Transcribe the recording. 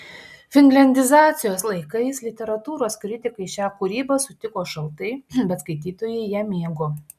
finliandizacijos laikais literatūros kritikai šią kūrybą sutiko šaltai bet skaitytojai ją mėgo